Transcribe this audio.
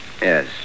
Yes